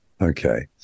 Okay